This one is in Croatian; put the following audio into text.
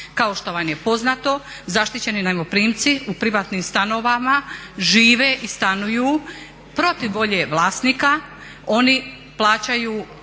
Kao što vam je poznato zaštićeni najmoprimci u privatnim stanovima žive i stanuju protiv volje vlasnika. Oni plaćaju